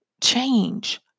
change